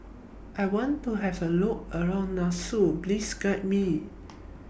I want to has A Look around Nassau Please Guide Me